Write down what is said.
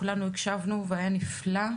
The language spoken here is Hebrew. וכולנו הקשבנו והיה נפלא,